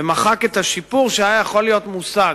ומחק את השיפור שהיה יכול להיות מושג